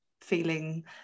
feeling